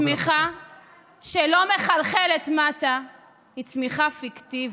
שלא מחלחלת מטה היא צמיחה פיקטיבית,